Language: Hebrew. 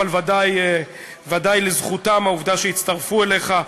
אבל בוודאי לזכותם העובדה שהצטרפו אליך.